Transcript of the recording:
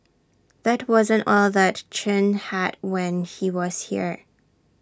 that wasn't all that Chen had when he was here